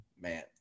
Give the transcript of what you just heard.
man